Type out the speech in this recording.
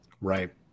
Right